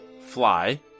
fly